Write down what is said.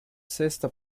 sesta